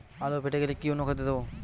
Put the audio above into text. আলু ফেটে গেলে কি অনুখাদ্য দেবো?